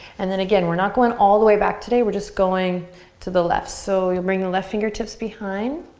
and then again, we're not going all the way back. today, we're just going to the left. so you'll bring the left fingertips behind.